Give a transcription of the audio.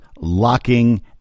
locking